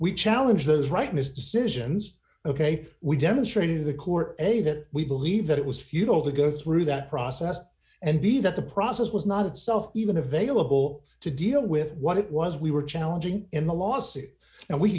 we challenge those rightness decisions ok we demonstrated to the court a that we believe that it was futile to go through that process and b that the process was not itself even available to deal with what it was we were challenging in the lawsuit and we